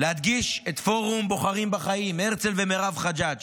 להדגיש את פורום בוחרים בחיים, הרצל ומירב חג'אג'.